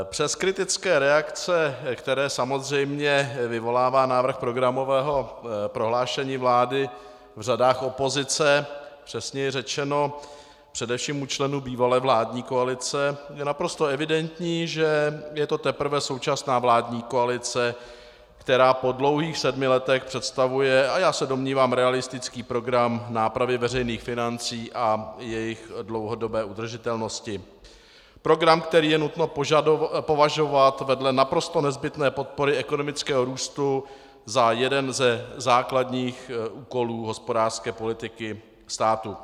Přes kritické reakce, které samozřejmě vyvolává návrh programového prohlášení vlády v řadách opozice, přesněji řečeno především u členů bývalé vládní koalice, je naprosto evidentní, že je to teprve současná vládní koalice, která po dlouhých sedmi letech předkládá a já se domnívám realistický program nápravy veřejných financí a jejich dlouhodobé udržitelnosti, program, který je nutno považovat vedle naprosto nezbytné podpory ekonomického růstu za jeden ze základních úkolů hospodářské politiky státu.